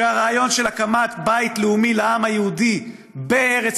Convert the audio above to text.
שהרעיון של הקמת בית לאומי לעם היהודי בארץ